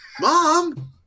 Mom